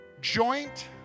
joint